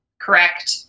Correct